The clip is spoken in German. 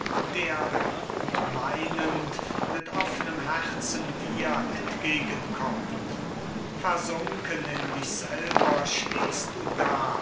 der gutmeinend mit offnem herzen dir entgegen kommt versunken in dich selber stehst du da